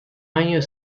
año